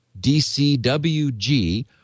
dcwg